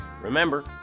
Remember